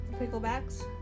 picklebacks